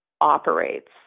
operates